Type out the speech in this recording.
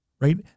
Right